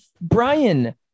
Brian